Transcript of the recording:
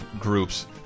groups